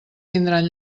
tindran